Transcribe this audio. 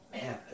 man